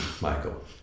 Michael